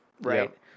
right